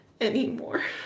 anymore